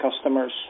customers